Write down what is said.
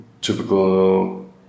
typical